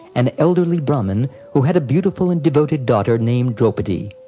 an elderly brahmin who had a beautiful and devoted daughter named draupadi.